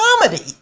comedy